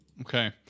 Okay